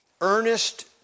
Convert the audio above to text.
Earnest